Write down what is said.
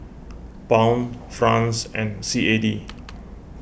Pound Franc and C A D